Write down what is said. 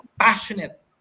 passionate